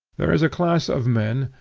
there is a class of men,